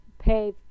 pay